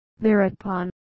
Thereupon